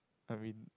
I mean